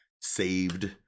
saved